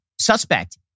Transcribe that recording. suspect